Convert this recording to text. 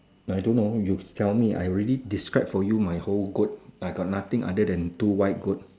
I don't know you tell me I already describe for you my whole goat I got nothing only the two white goat